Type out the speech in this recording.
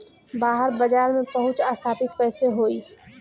बाहर बाजार में पहुंच स्थापित कैसे होई?